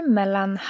mellan